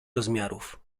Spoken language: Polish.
rozmiarów